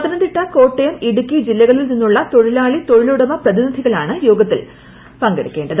പത്തനംതിട്ട കോട്ടയം ഇടുക്കി ജില്ലകളിൽ നിന്നുള്ള തൊഴിലാളി തൊഴിലുടമ പ്രതിനിധികളാണ് യോഗത്തിൽ പങ്കെടുക്കേണ്ടത്